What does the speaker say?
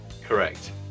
Correct